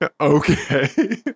okay